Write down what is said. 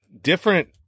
different